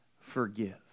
forgive